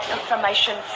information